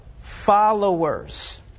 followers